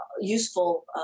useful